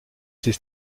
ces